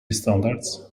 standards